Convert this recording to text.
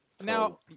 Now